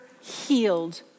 healed